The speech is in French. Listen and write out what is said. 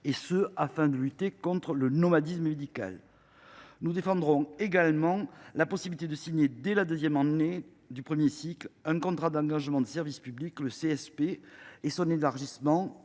ARS, afin de lutter contre le nomadisme médical. Nous défendrons également la possibilité de signer dès la deuxième année de premier cycle un contrat d’engagement de service public et son élargissement